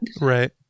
Right